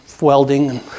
welding